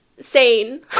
sane